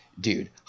dude